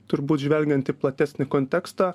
turbūt žvelgiant į platesnį kontekstą